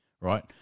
right